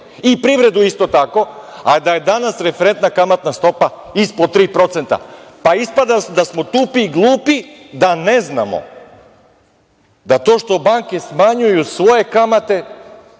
i privredu isto tako, a da je danas referentna kamatna stopa ispod 3%.Pa, ispada da smo tupi i glupi da ne znamo da to što banke smanjuju svoje kamate